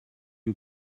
you